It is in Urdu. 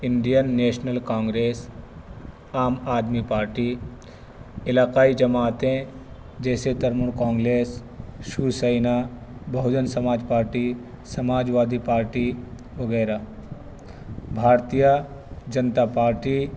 Indian National Congress Aam Aadmi Party علاقائی جماعتیں جیسے Trinamool Congress Shiv Sena Bahujan Samaj Party Samajwadi Party وغیرہ بھارتیہ جنتا پارٹی